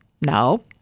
no